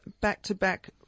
back-to-back